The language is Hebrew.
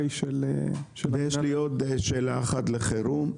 היא של --- יש לי עוד שאלה אחת לחירום.